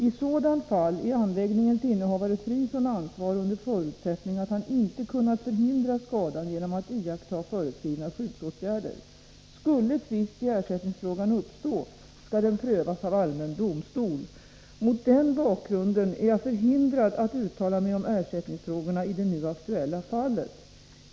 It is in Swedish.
I sådant fall är anläggningens innehavare fri från ansvar under förutsättning att han inte kunnat förhindra skadan genom att iaktta föreskrivna skyddsåtgärder. Skulle tvist i ersättningsfrågan uppstå skall den prövas av allmän domstol. Mot den bakgrunden är jag förhindrad att uttala mig om ersättningsfrågorna i det nu aktuella fallet.